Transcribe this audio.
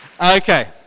Okay